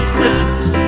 Christmas